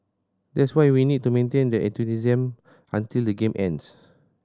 that's why we need to maintain that enthusiasm until the game ends